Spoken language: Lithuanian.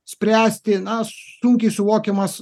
spręsti na sunkiai suvokiamas